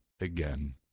again